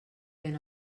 ven